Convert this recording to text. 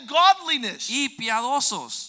godliness